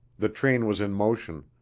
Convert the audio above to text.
the train was in motion.